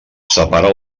separa